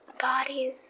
Bodies